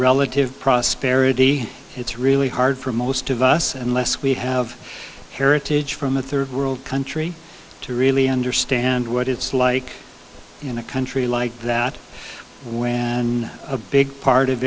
relative prosperity it's really hard for most of us unless we have heritage from a third world country to really understand what it's like in a country like that where and a big part of